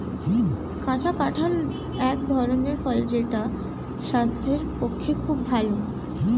কাঁচা কাঁঠাল এক ধরনের ফল যেটা স্বাস্থ্যের পক্ষে খুবই ভালো